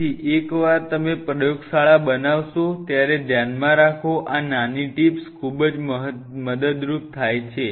તેથી એકવાર તમે પ્રયોગશાળા બનાવશો ત્યારે ધ્યાનમાં રાખો આ નાની ટીપ્સ ખૂબ જ મદદરૂપ થાય છે